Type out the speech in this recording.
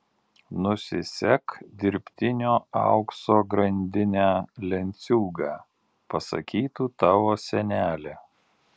nusisek dirbtinio aukso grandinę lenciūgą pasakytų tavo senelė